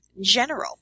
general